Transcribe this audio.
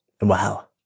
Wow